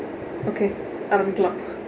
okay ஆரம்பிக்கலாம்:aarampikkalaam